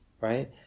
right